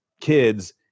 kids